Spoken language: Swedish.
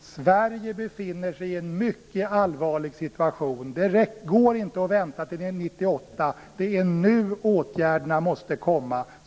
Sverige befinner sig i en mycket allvarlig situation. Det går inte att vänta till 1998. Det är nu åtgärderna måste komma.